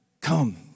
Come